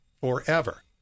forever